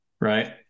right